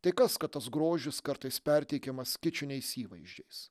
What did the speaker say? tai kas kad tas grožis kartais perteikiamas kičiniais įvaizdžiais